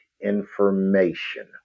information